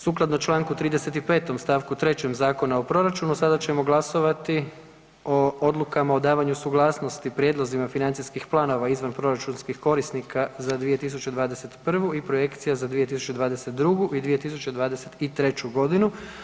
Sukladno čl. 35. st. 3. Zakona o proračunu sada ćemo glasovati o odlukama o davanju suglasnosti prijedlozima financijskih planova izvanproračunskih korisnika za 2021. i projekcija za 2022. i 2023. godinu.